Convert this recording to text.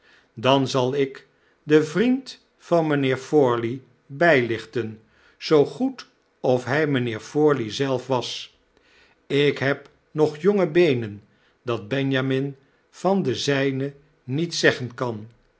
dan zal ik den vriend van mjjnheer forley bjlichten zoo goed of hy mynheer forley zelf was ik heb nog jonge beenen dat benjamin van de zjjnen niet zeggen kan